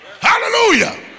Hallelujah